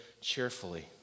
cheerfully